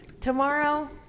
tomorrow